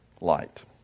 light